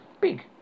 Big